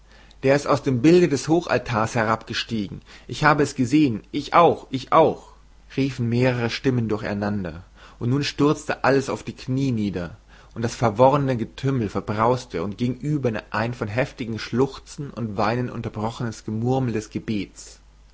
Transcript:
der ist aus dem bilde des hochaltars herabgestiegen ich habe es gesehen ich auch ich auch riefen mehrere stimmen durcheinander und nun stürzte alles auf die knie nieder und das verworrene getümmel verbrauste und ging über in ein von heftigem schluchzen und weinen unterbrochenes gemurmel des gebets